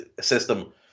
system